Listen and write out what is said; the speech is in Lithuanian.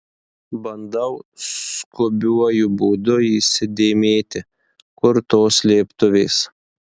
bandau skubiuoju būdu įsidėmėti kur tos slėptuvės